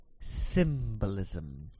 symbolism